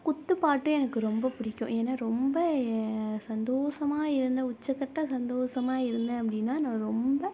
குத்து பாட்டும் எனக்கு ரொம்ப பிடிக்கும் ஏன்னா ரொம்ப சந்தோஷமா இருந்தேன் உச்சக்கட்ட சந்தோஷமா இருந்தேன் அப்படின்னா நான் ரொம்ப